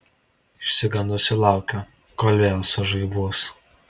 išsigandusi laukiu kol vėl sužaibuos